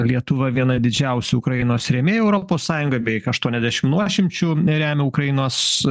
lietuva viena didžiausių ukrainos rėmėjų europos sąjunga beveik aštuoniasdešimt nuošimčių remia ukrainos